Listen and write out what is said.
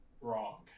wrong